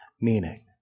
meaning